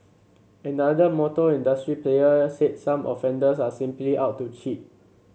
another motor industry player said some offenders are simply out to cheat